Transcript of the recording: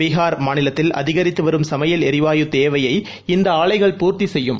பீகார் மாநிலத்தில் அதிகரித்து வரும் சமையல் எரிவாயு தேவையை இந்த ஆலைகள் பூர்த்தி செய்யும்